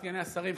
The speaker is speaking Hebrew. סגני השרים,